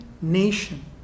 nation